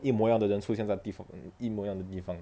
一模样的人出现在地方一模样的地方